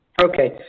Okay